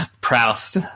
Proust